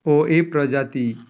ଓ ଏ ପ୍ରଜାତି